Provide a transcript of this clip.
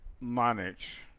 manage